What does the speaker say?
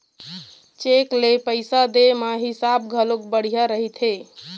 cheque ले पइसा दे म हिसाब घलोक बड़िहा रहिथे